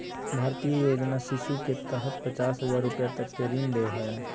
भारतीय योजना शिशु के तहत पचास हजार रूपया तक के ऋण दे हइ